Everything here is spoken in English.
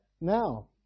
now